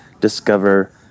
discover